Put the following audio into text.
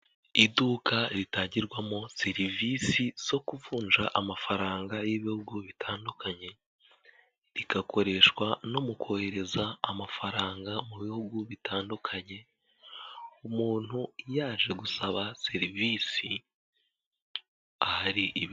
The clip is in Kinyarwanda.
Iduka ritangirwamo serivisi zo kuvunja amafaranga y'ibihugu bitandukanye, rigakoreshwa no mu kohereza amafaranga mu bihugu bitandukanye umuntu yaje gusaba serivisi ahari.